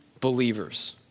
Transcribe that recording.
believers